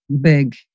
big